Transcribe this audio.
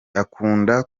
akunda